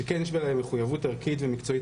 שכן יש בעיניי מחויבות ערכית ומקצועית